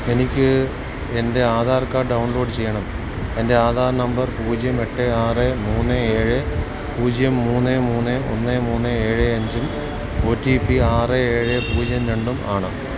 എനിക്കെൻ്റെ Aadhaar card download ചെയ്യണം എൻ്റെ ആധാർ നമ്പർ പൂജ്യം എട്ട് ആറ് മൂന്ന് ഏഴ് പൂജ്യം മൂന്ന് മൂന്ന് ഒന്ന് മൂന്ന് ഏഴ് അഞ്ചും ഒ ടി പി ആറ് ഏഴ് പൂജ്യം രണ്ടുമാണ്